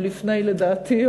לדעתי,